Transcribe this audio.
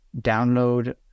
download